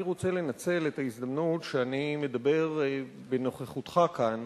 אני רוצה לנצל את ההזדמנות שאני מדבר בנוכחותך כאן